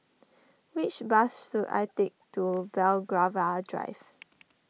which bus should I take to Belgravia Drive